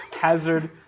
Hazard